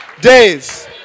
days